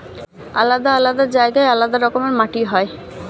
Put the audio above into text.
আলাদা আলাদা জায়গায় আলাদা রকমের মাটি হয়